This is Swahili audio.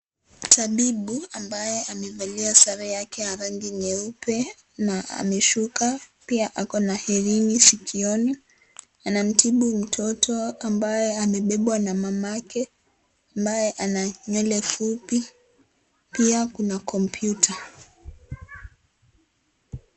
Tabibu ambaye amevalia sare yake ya rangi nyeupe na ameshuka na pia ako na hirini sikioni anamtibu mtoto ambaye amebebwa na mamake ambaye ana nywele fupi pia kuna kompyuta.